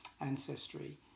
ancestry